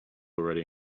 already